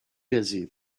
busy